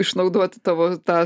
išnaudoti tavo tą